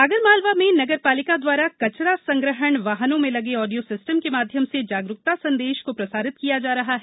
आगर मालवा में नगर पालिका द्वारा कचरा संग्रहण वाहनो में लगे आडियो सिस्टम के माध्यम से जागरुकता संदेशों को प्रसारित किया जा रहा है